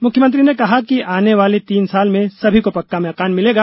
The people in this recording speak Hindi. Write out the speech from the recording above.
मुख्यमंत्री ने कहा कि आने वाले तीन साल में सभी को पक्का मकान मिलेगा